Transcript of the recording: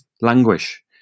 languish